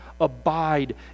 Abide